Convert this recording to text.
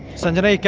sanjana, yeah